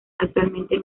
actualmente